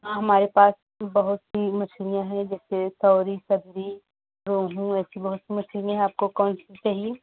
हाँ हमारे पास बहुत सी मछलियाँ है जैसे सौरी सदरी रोहू ऐसी बहुत सी मछलियाँ हैं आपको कौन सी चाहिए